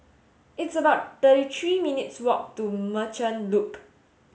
it's about thirty three minutes' walk to Merchant Loop